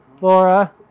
Laura